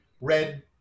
red